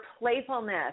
playfulness